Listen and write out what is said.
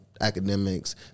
academics